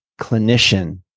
clinician